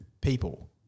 People